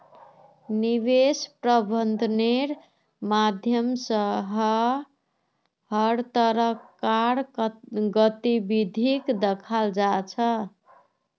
निवेश प्रबन्धनेर माध्यम स हर तरह कार गतिविधिक दखाल जा छ